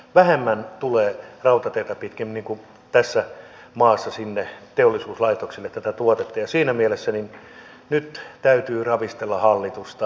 vähemmän tulee rautateitä pitkin tässä maassa sinne teollisuuslaitoksille tätä tuotetta ja siinä mielessä nyt täytyy ravistella hallitusta